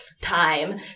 time